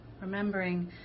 Remembering